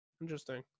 Interesting